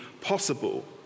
possible